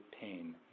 pain